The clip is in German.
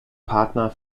partner